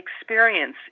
experience